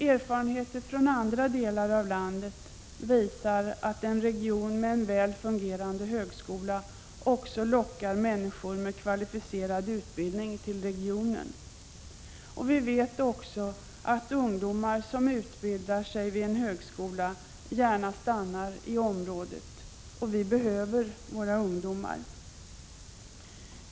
Erfarenheter från andra delar av landet visar att en region med en väl fungerande högskola också lockar människor med kvalificerad utbildning till regionen. Vi vet också att ungdomar som utbildar sig vid en högskola gärna stannar i området och vi behöver våra ungdomar.